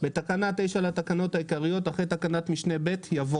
בתקנה 9 לתקנות העיקריות - אחרי תקנת משנה (ב) יבוא: